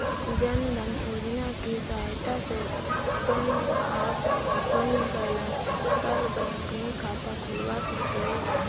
जन धन योजना की सहायता से तुम अब शून्य बैलेंस पर बैंक में खाता खुलवा सकते हो